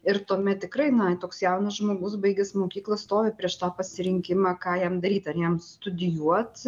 ir tuomet tikrai na toks jaunas žmogus baigęs mokyką stovi prieš tą pasirinkimą ką jam daryti ar jam studijuoti